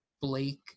Blake